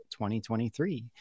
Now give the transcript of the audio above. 2023